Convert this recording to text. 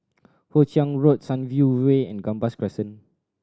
Hoe Chiang Road Sunview Way and Gambas Crescent